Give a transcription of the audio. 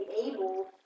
able